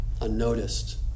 unnoticed